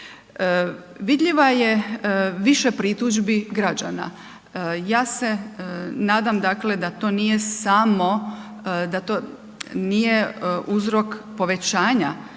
Vidljiva je više pritužbi građana, ja se nadam dakle da to nije samo, da